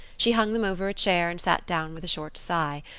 she hung them over a chair and sat down with a short sigh.